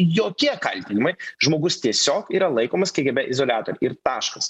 jokie kaltinimai žmogus tiesiog yra laikomas kgb izoliatoriuj ir taškas